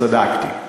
צדקתי.